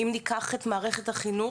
אם ניקח את מערכת החינוך,